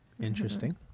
interesting